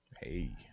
Hey